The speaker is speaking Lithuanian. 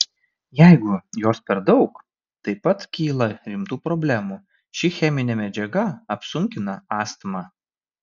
jeigu jos per daug taip pat kyla rimtų problemų ši cheminė medžiaga apsunkina astmą